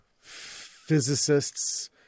physicists